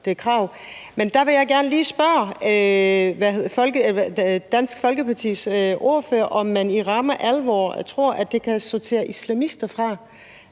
det krav. Men der vil jeg gerne lige spørge Dansk Folkepartis ordfører, om man i ramme alvor tror, at det kan sortere islamister fra.